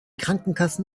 krankenkassen